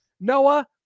Noah